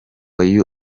uyu